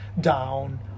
down